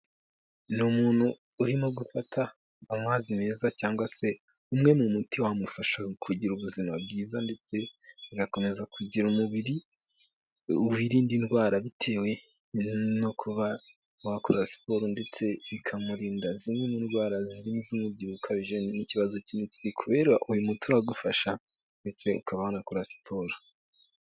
Ni umuntu urimo gufata amazi meza cyangwa se umwe mu muti wamufasha kugira ubuzima bwiza ndetse agakomeza kugira umubiri wirinda indwara, bitewe no kuba wakora siporo ndetse bikamurinda zimwe mu ndwara zirimo iz'umubyibuho ukabije ndetse n'ikibazo cy'imitsi kubera uyu muti uragufasha ndetse ukaba wanakora siporo.